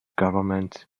government